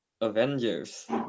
Avengers